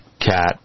cat